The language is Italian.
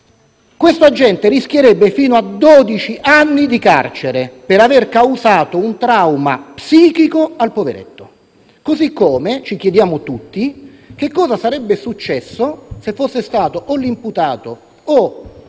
lo stesso rischierebbe fino a dodici anni di carcere per aver causato un trauma psichico al poveretto. Allo stesso modo ci chiediamo tutti cosa sarebbe successo se fosse stato l'imputato o il